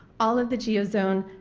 all of the geo zone,